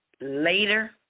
later